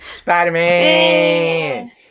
Spider-Man